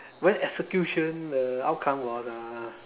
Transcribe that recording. when execution the outcome was uh